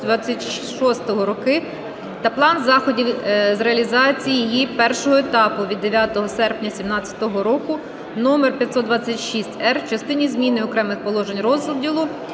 та план заходів з реалізації її І етапу" від 9 серпня 2017 року № 526-р в частині зміни окремих положень розділу